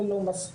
זה לא מספיק,